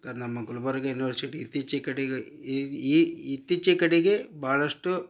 ನಮ್ಮ ಗುಲ್ಬರ್ಗ ಯುನಿವರ್ಸಿಟಿ ಇತ್ತಿಚಿಗೆ ಕಡಿಗ್ ಇತ್ತೀಚಿನ ಕಡೆಗೆ ಭಾಳಷ್ಟು